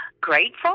grateful